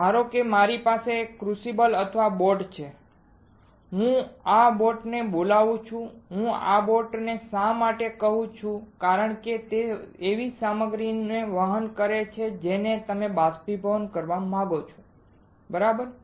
તો ધારો કે મારી પાસે આ ક્રુસિબલ અથવા બોટ છે હું આ બોટને બોલાવું છું હું આ બોટને શા માટે કહું છું કારણ કે તે એવી સામગ્રીને વહન કરે છે જેને તમે બાષ્પીભવન કરવા માંગો છો બરાબર